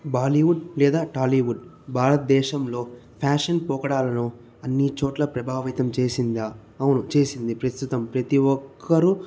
బాలీవుడ్ లేదా టాలీవుడ్ భారతదేశంలో ఫ్యాషన్ పోకడాలను అన్ని చోట్ల ప్రభావితం చేసిందా అవును చేసింది ప్రస్తుతం ప్రతి ఒక్కరూ